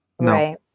no